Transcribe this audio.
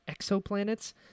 exoplanets